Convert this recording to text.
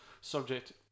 subject